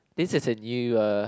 this is a new uh